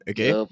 Okay